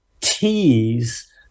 tease